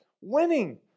Winning